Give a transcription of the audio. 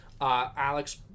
Alex